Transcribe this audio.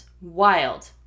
wild